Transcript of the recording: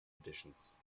editions